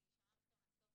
אני שומרת אתכם לסוף,